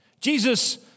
Jesus